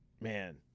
Man